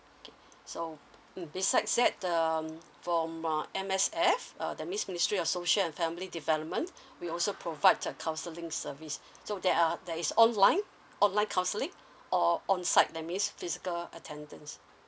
so mm besides that um from uh M_S_F uh that means ministry of social and family development we also provide uh counseling service so there are there is online online counselling or on site that means physical attendance